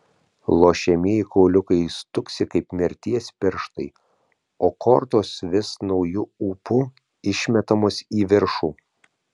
lošiamieji kauliukai stuksi kaip mirties pirštai o kortos vis nauju ūpu išmetamos į viršų